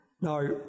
Now